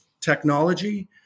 technology